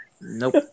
nope